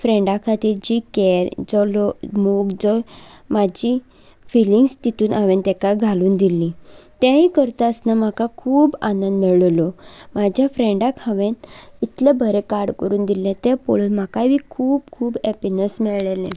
फ्रेंडा खातीर जी कॅर जो मोग जो म्हजी फिलिंग्स तितून हांवें तेका घालून दिल्ली तेंय करतासतना म्हाका खूब आनंद मेळिल्लो म्हज्या फ्रेंडाक हांवें इतलें बरें कार्ड करून दिल्लें तें पळयन म्हाकाय बी खूब खूब हॅपिनस मेळललें